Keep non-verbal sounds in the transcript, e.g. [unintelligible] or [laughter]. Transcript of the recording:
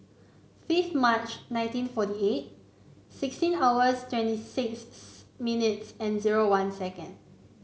fifth March nineteen forty eight sixteen hours twenty six [unintelligible] minutes and zero one second